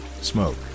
smoke